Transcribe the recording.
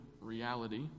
reality